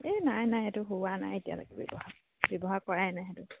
এই নাই নাই সেইটো হোৱা নাই এতিয়ালৈকে ব্যৱহাৰ ব্যৱহাৰ কৰাই নাই সেইটো